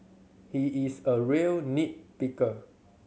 he is a real nit picker